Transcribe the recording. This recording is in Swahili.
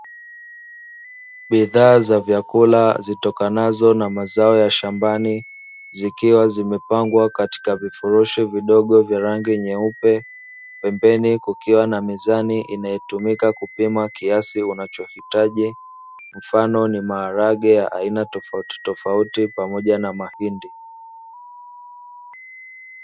Bidhaa za vyakula zitokanazo na mazao ya shambani, zikiwa zimepangwa katika vifurushi vidogo vya rangi nyeupe, pembeni kukiwa na mizani inayotumika kupima kiasi unachohitaji; mfano ni maharage ya aina tofautitofauti pamoja na mahindi.